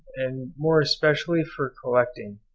and more especially for collecting,